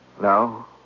No